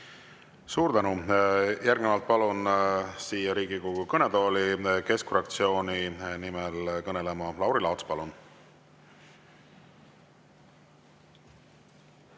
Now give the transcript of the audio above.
Suur tänu! Järgnevalt palun siia Riigikogu kõnetooli keskfraktsiooni nimel kõnelema Lauri Laatsi. Palun!